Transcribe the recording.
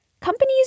Companies